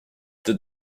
did